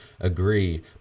agree